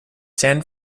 san